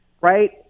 right